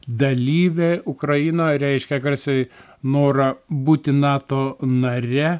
dalyvė ukraina reiškia garsiai norą būti nato nare